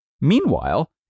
Meanwhile